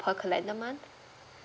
per calendar month